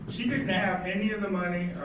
she didn't have any of the money,